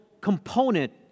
component